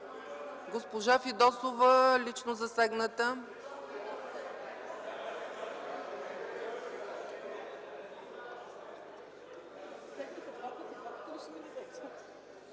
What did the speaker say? Госпожа Фидосова – лично засегната.